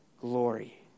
glory